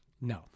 No